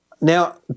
Now